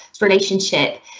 relationship